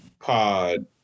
pod